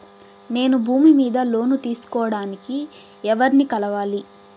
నేను భూమి మీద లోను తీసుకోడానికి ఎవర్ని కలవాలి?